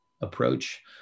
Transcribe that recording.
approach